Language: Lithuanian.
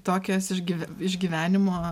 tokias išgyve išgyvenimo